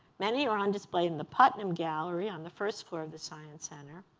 many are on display in the putnam gallery on the first floor of the science center